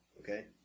Okay